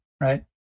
right